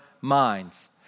minds